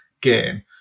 game